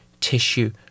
tissue